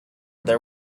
there